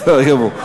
בסדר גמור.